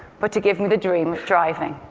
but to give me the dream of driving.